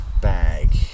bag